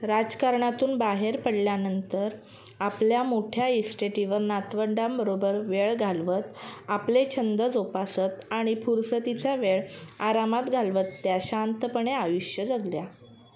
राजकारणातून बाहेर पडल्यानंतर आपल्या मोठ्या इस्टेटीवर नातवंडांबरोबर वेळ घालवत आपले छंद जोपासत आणि फुरसतीचा वेळ आरामात घालवत त्या शांतपणे आयुष्य जगल्या